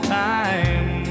time